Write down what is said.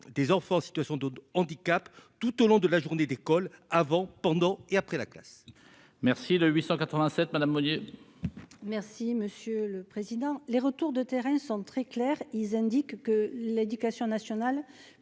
des enfants en situation de handicap tout au long de la journée d'école avant, pendant et après la classe. Merci le 887 madame Meunier. Merci monsieur le président, les retours de terrain sont très clairs, ils indiquent que l'éducation nationale